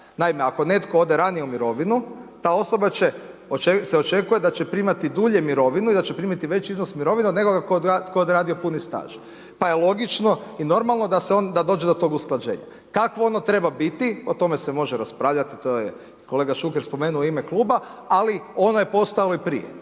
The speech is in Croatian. Naime, ako netko ode ranije u mirovinu ta osoba se očekuje da će primati dulje mirovinu i da će primiti veći iznos mirovine od nekoga tko je odradio puni staž pa je logično i normalno da dođe do tog usklađenja. Kakvo ono treba biti, o tome se može raspravljat i to je kolega Šuker spomenuo u ime kluba, ali ono je postojalo i prije.